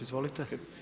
Izvolite.